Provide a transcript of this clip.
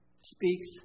speaks